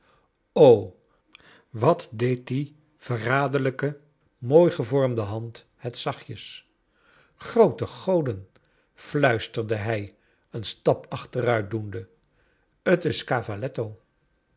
wat deed die verraderlijke mooi gevormde hand het zachtjes i groote goden fluisterde hij een stap achteruit doende t